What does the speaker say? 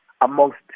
amongst